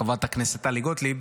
חברת הכנסת טלי גוטליב,